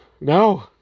No